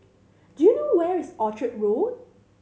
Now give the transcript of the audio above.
do you know where is Orchard Road